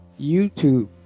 YouTube